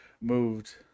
moved